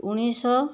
ଉଣେଇଶିଶହ